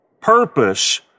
purpose